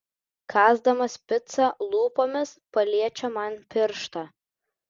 kąsdamas picą lūpomis paliečia man pirštą